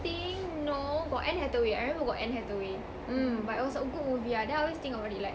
think no got anne hathaway I remember got anne hathaway mm but it was a good movie ah then I always think about it like